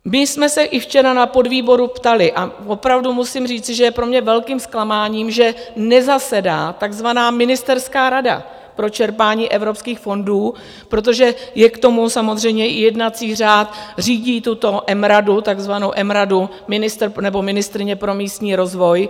My jsme se i včera na podvýboru ptali, a opravdu musím říci, že je pro mě velkým zklamáním, že nezasedá takzvaná Ministerská rada pro čerpání evropských fondů, protože je k tomu samozřejmě i jednací řád, řídí tuto M radu takzvanou M radu ministryně pro místní rozvoj.